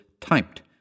typed